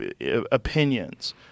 opinions